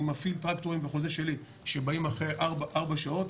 אני מפעיל טרקטורים בחוזה שלי שבאים אחרי ארבע שעות.